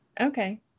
Okay